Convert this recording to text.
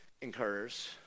incurs